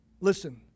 listen